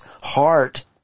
heart